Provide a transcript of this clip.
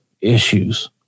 issues